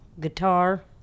guitar